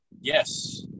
yes